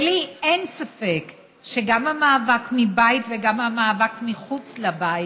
ולי אין ספק שגם המאבק מבית וגם המאבק מחוץ לבית,